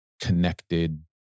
connected